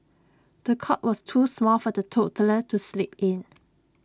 the cot was too small for the toddler to sleep in